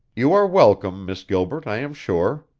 you are welcome, miss gilbert, i am sure,